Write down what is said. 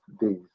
days